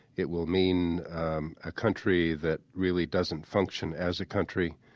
it will mean a country that really doesn't function as a country.